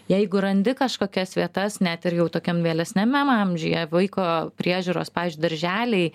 jeigu randi kažkokias vietas net ir jau tokiam vėlesniamem amžiuje vaiko priežiūros pavyzdžiui darželiai